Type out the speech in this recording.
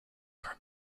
are